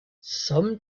some